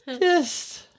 Yes